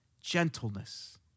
gentleness